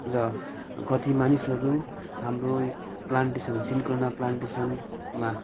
र कति मानिसहरू हाम्रो प्लान्टेसन सिन्कोना प्लान्टेसनमा